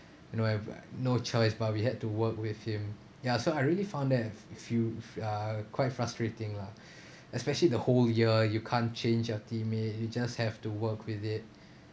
you know I've like no choice but we had to work with him ya so I really found that fu~ uh quite frustrating lah especially the whole year you can't change your teammate you just have to work with it